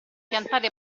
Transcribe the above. piantare